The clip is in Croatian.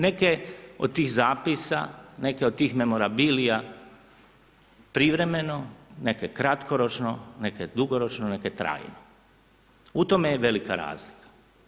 Neke od tih zapisa, neke od tih memorabilija privremeno, neke kratkoročno, neke dugoročno, neke trajno, u tome je velika razlika.